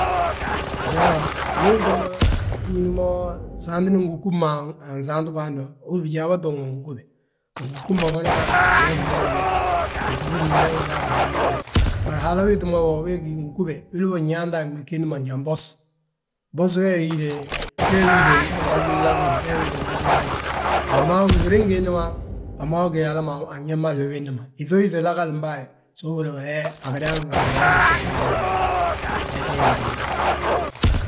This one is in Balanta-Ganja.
Iyoo, ndu uto ñín mo saanti angúgub ma ansaanti bo hando, húri yaa bijaa bà tuug ma ngúgube, gingúgub ma fana biyoofdi yoofnde, ngúgub bindaŋ ma gaaj biteeg ma gaaj; Bari Haala ma witi ma wo, angúgube, wili nyaanti a gmees gilli ma njan gibos. Bos wee wi hide nlagur lagir, wee wi hide nlagir lagir, a wi maa wi gí giriŋ gilli ma a wi maa wi gi hala ma ayaa mahli willi ma. Yíŧoo yíŧi lagalimbo a we, so húri yaa he, a gindaangin Haala ma he gí ffiti filli ma flee fa, he hee.